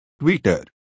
Twitter